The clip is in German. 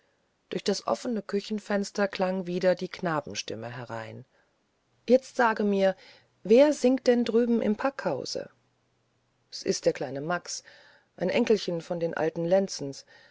durch das offene küchenfenster klang wieder die knabenstimme herein jetzt sage mir wer singt denn drüben im packhause s ist der kleine max ein enkelchen von den alten lenzens